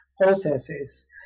processes